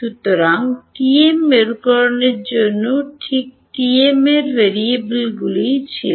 সুতরাং টিএম মেরুকরণের জন্য ঠিক টিএম এর ভেরিয়েবলগুলি কী ছিল